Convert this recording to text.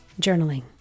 journaling